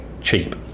cheap